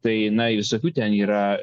tai na visokių ten yra